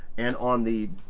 and on the.